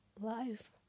life